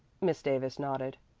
miss davis nodded.